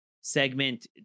segment